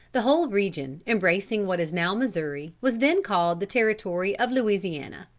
the whole region, embracing what is now missouri, was then called the territory of louisiana.